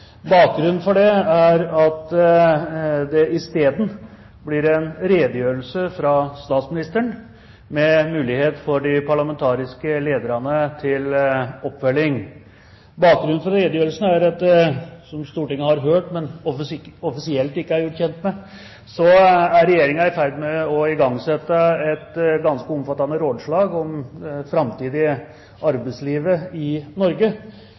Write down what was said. Bakgrunnen for redegjørelsen er – som Stortinget har hørt, men offisielt ikke er gjort kjent med – at Regjeringen er i ferd med å igangsette et ganske omfattende rådslag om det framtidige arbeidslivet i Norge.